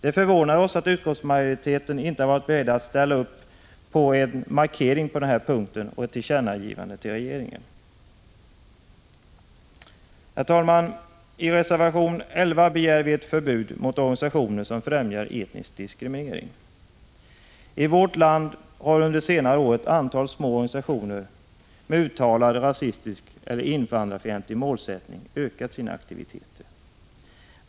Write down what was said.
Det förvånar oss att utskottsmajoriteten inte har varit beredd att göra en markering på den här punkten och ställa sig bakom ett tillkännagivande till regeringen. Herr talman! I reservation 11 begär vi ett förbud mot organisationer som främjar etnisk diskriminering. I vårt land har under senare år ett antal små organisationer med uttalad rasistisk eller invandrarfientlig målsättning ökat sina aktiviteter.